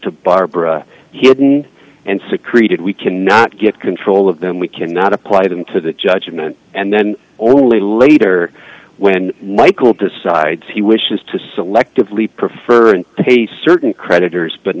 to barbara hidden and secreted we cannot get control of them we cannot apply them to the judgment and then only later when michael decides he wishes to selectively prefer to pay certain creditors but